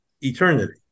eternity